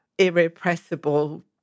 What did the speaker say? irrepressible